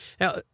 Now